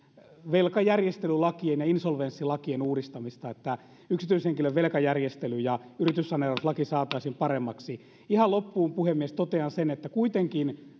velkajärjestelylakien ja insolvenssilakien uudistamista niin että yksityishenkilön velkajärjestely laki ja yrityssaneerauslaki saataisiin paremmaksi ihan loppuun puhemies totean sen että kuitenkin